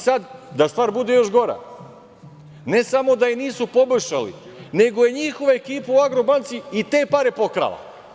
Sad da stvar bude još gora, ne samo da je nisu poboljšali, nego je njihova ekipa u „Agrobanci“ i te pare pokrala.